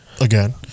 Again